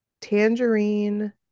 Tangerine